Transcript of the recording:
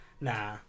nah